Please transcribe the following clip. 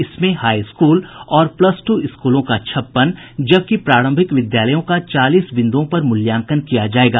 इसमें high school और plus two स्कूलों का छप्पन जबकि प्रारंभिक विद्यालयों का चालीस बिंदुओं पर मूल्यांकन किया जायेगा